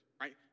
right